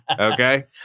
Okay